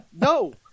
No